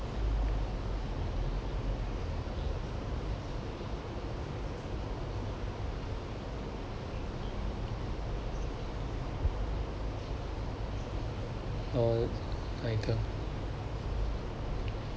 all my income